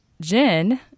Jen